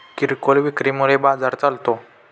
किरकोळ विक्री मुळे बाजार चालतो